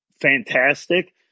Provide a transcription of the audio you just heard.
fantastic